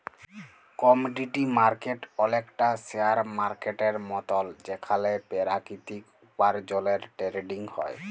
commodity market অলেকটা share মার্কেটের মতল যেখালে পেরাকিতিক উপার্জলের টেরেডিং হ্যয়